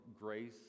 grace